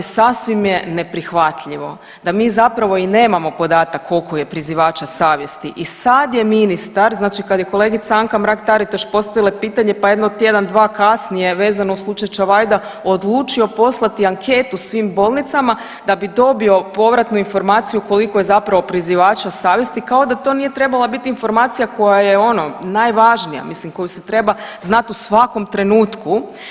Sasvim je neprihvatljivo da mi zapravo i nemamo podatak koliko je prizivača savjesti i sad je ministar, znači kad je kolegica Anka Mrak Taritaš postavila pitanje, pa jedno tjedan, dva kasnije vezano uz slučaj Čavajda odlučio poslati anketu svim bolnicama da bi dobio povratnu informaciju koliko je zapravo prizivača savjesti kao da to nije trebala biti informacija koja je ono najvažnija, mislim koju se treba znati u svakom trenutku.